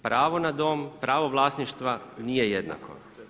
Pravo na dom, pravo vlasništva nije jednako.